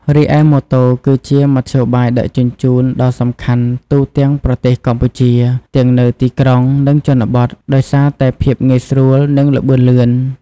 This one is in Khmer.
រីឯម៉ូតូ គឺជាមធ្យោបាយដឹកជញ្ជូនដ៏សំខាន់ ទូទាំងប្រទេសកម្ពុជា ទាំងនៅទីក្រុង និងជនបទ ដោយសារតែភាពងាយស្រួល និងល្បឿនលឿន ។